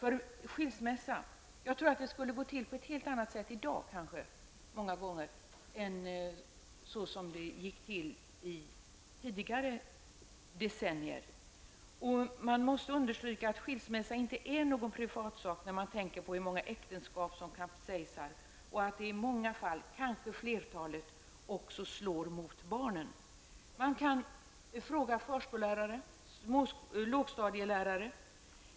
En skilsmässa borde gå till på ett helt annat sätt i dag än under tidigare decennier. Det måste understrykas att en skilsmässa inte är någon privatsak när man tänker på hur många äktenskap som kapsejsar och att det i många fall, kanske i flertalet, också slår mot barnen. Man kan fråga förskollärare och lågstadielärare om detta.